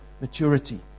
maturity